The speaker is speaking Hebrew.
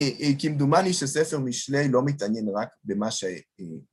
‫כמדומני שספר משלי ‫לא מתעניין רק במה ש...